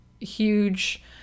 huge